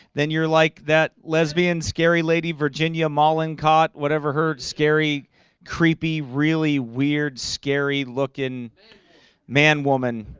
then you're like that lesbian scary lady virginia mallen caught whatever heard scary creepy really weird scary looking man woman,